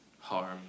harm